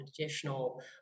additional